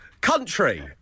Country